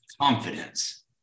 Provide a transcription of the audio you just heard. confidence